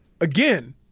again